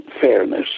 fairness